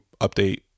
update